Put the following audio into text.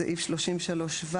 בסעיף 33ו